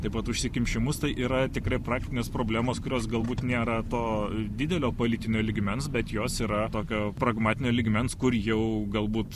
taip pat užsikimšimus tai yra tikrai praktinės problemos kurios galbūt nėra to didelio politinio lygmens bet jos yra tokio pragmatinio lygmens kur jau galbūt